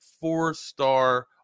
four-star